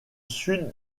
sud